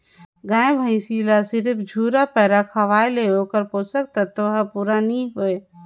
गाय भइसी ल सिरिफ झुरा पैरा खवाये में ओखर पोषक तत्व हर पूरा नई होय